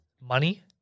money